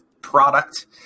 product